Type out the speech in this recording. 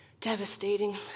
Devastating